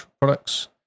products